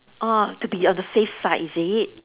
orh to be on the safe side is it